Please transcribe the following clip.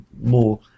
more